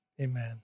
amen